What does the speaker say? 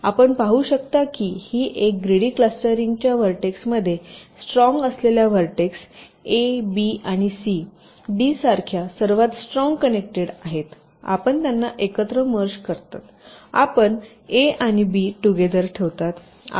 तर आपण पाहू शकता की एक ग्रिडी क्लस्टरिंग च्या व्हर्टेक्समध्ये स्ट्रॉंग असलेल्या व्हर्टेक्स ए ब आणि क ड सारख्या सर्वात स्ट्रॉंग कनेक्टेड आहेत आपण त्यांना एकत्र मर्ज करता आपण ए आणि बी टुगेदर ठेवताआपण सी आणि डी टुगेदर ठेवले